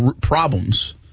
problems